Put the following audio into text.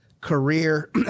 career